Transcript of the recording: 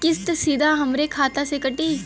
किस्त सीधा हमरे खाता से कटी?